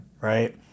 right